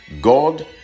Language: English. god